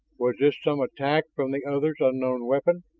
was this some attack from the other's unknown weapon?